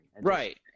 Right